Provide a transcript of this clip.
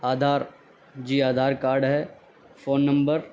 آدھار جی آدھار کاڈ ہے phone number